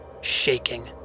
shaking